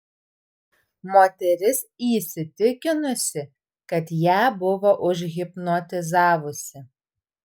moteris įsitikinusi kad ją buvo užhipnotizavusi